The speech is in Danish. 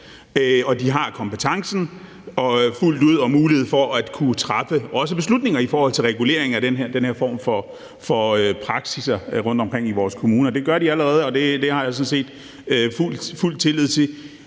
ud kompetencen og har mulighed for at kunne træffe beslutninger, også i forhold til regulering af den her form for praksis rundtomkring i vores kommuner. Det gør de allerede, og det har jeg sådan set fuld tillid til.